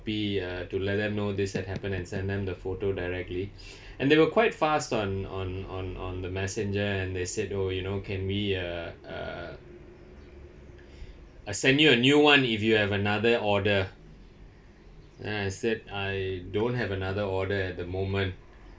uh to let them know this had happened and send them the photo directly and they were quite fast on on on on the messenger and they said oh you know can we uh uh I send you a new [one] if you have another order then I said I don't have another order at the moment